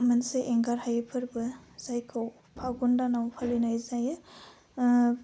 मोनसे एंगार हायै फोरबो जायखौ फागुन दानाव फालिनाय जायो ओह